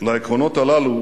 שלעקרונות הללו